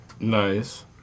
Nice